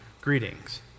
greetings